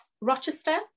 Rochester